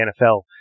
NFL